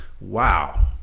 Wow